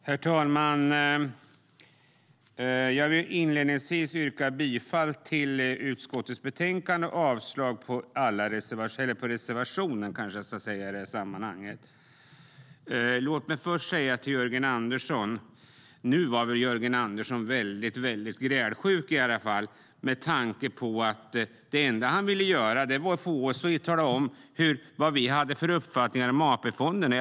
Herr talman! Jag vill yrka bifall till förslaget i utskottets betänkande och avslag på reservationen. Låt mig först säga till Jörgen Andersson: Nu var väl Jörgen Andersson väldigt grälsjuk med tanke på att det enda han ville göra var att få oss att tala om vad vi har för uppfattning om AP-fonderna.